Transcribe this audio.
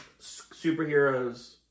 superheroes